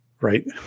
right